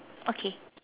okay